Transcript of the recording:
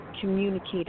communicate